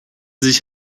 sich